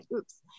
Oops